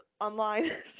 online